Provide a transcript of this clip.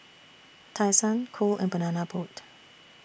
Tai Sun Cool and Banana Boat